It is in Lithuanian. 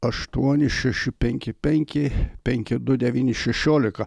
aštuoni šeši penki penki penki du devyni šešiolika